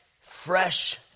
fresh